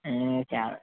ఆయి చాలా